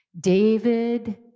David